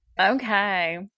Okay